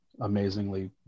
amazingly